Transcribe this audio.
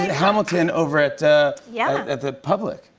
hamilton over at yeah at the public.